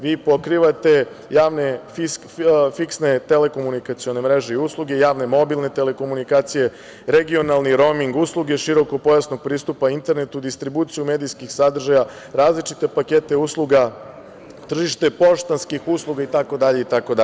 Vi pokrivate javne fiksne telekomunikacione mreže i usluge, javne mobilne telekomunikacije, regionalni roming usluge, širokopojasnog pristupa internetu, distribuciju medijskih sadržaja, različite pakete usluga, tržište poštanskih usluga i tako dalje.